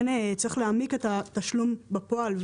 צריך להעמיק את התשלום בפועל,